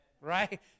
Right